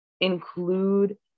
include